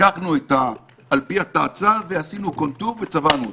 לקחנו על פי התצ"א ועשינו קולטור וצבענו אותו.